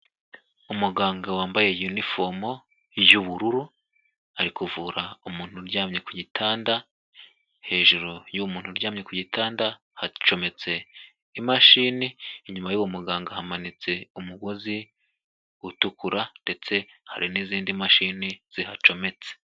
Umuganga wambaye yunifomo y'ubururu, ari kuvura umuntu uryamye ku gitanda, hejuru y'uwo muntu uryamye ku gitanda hacometse imashini, inyuma y'uwo muganga hamanitse umugozi utukura ndetse hari n'izindi mashini zihacometse.